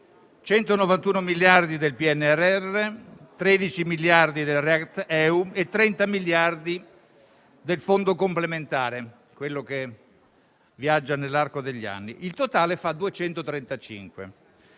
191,50 miliardi del PNRR, 13 miliardi del React-EU e 30,64 miliardi del Fondo complementare, quello che viaggia nell'arco degli anni. Il totale fa 235,14.